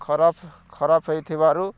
ଖରାପ ଖରାପ ହେଇଥିବାରୁ